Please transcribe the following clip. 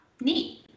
neat